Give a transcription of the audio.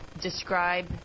describe